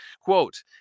Quote